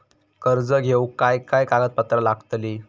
कर्ज घेऊक काय काय कागदपत्र लागतली?